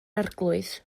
arglwydd